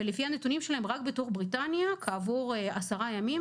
ולפי הנתונים שלהם רק בתוך בריטניה כעבור עשרה ימים